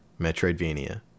Metroidvania